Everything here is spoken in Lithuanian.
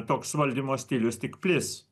toks valdymo stilius tik plis